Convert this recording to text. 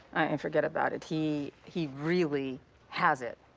and forget about it. he he really has it.